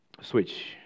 switch